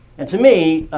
and to me,